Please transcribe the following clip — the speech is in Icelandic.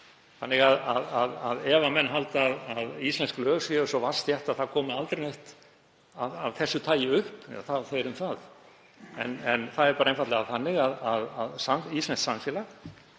málsmeðferð. Ef menn halda að íslensk lög séu svo vatnsþétt að það komi aldrei neitt af þessu tagi upp, þá þeir um það. En það er einfaldlega þannig að íslenskt samfélag